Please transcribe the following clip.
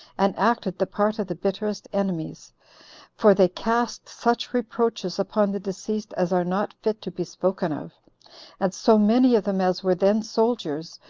and acted the part of the bitterest enemies for they cast such reproaches upon the deceased as are not fit to be spoken of and so many of them as were then soldiers,